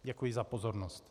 Děkuji za pozornost.